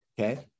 okay